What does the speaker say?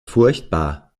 furchtbar